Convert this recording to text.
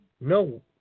no